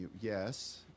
Yes